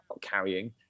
carrying